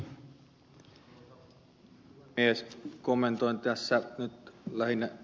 kommentoin tässä nyt lähinnä ed